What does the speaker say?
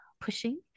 pushing